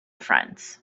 friends